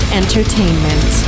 entertainment